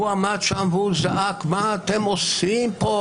הוא עמד שם, והוא זעק: מה אתם עושים פה?